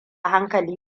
hankali